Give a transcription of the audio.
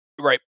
Right